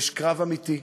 יש קרב אמיתי,